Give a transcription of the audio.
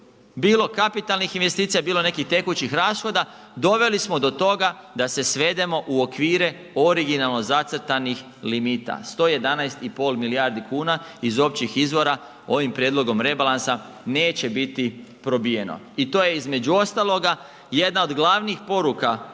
bilo kapitalnih investicija, bilo nekih tekućih rashoda doveli smo do toga da se svedemo u okvire originalno zacrtanih limita 11,5 milijardi kuna iz općih izvora ovim prijedlogom rebalansa neće biti probijeno. I to je između ostaloga jedna od glavnih poruka